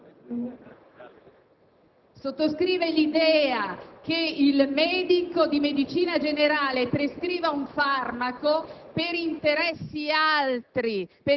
sottoscrive l'idea